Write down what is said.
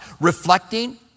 reflecting